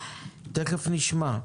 תיכף נשמע.